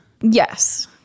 Yes